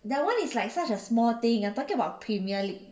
that one is like such a small thing you are talking about premier league